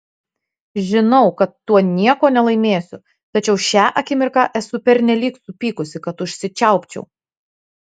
žinau kad tuo nieko nelaimėsiu tačiau šią akimirką esu pernelyg supykusi kad užsičiaupčiau